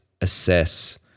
assess –